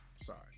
Sorry